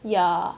ya